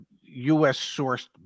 U.S.-sourced